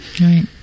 right